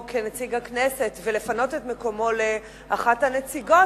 כנציג הכנסת ולפנות את מקומו לאחת הנציגות,